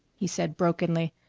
he said brokenly,